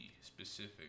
specific